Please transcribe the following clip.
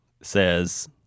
says